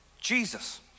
Jesus